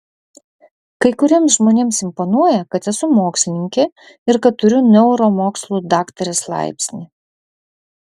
kai kuriems žmonėms imponuoja kad esu mokslininkė ir kad turiu neuromokslų daktarės laipsnį